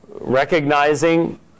recognizing